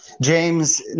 James